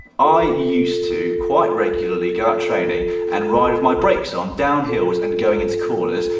i used to quite regularly go out training, and ride with my brakes on downhills, and going into corners,